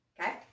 Okay